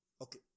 Okay